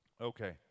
Okay